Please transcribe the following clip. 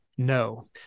No